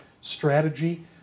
strategy